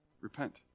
Repent